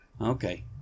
Okay